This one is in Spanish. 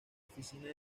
oficina